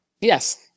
Yes